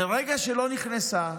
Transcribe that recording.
מרגע שלא נכנסה,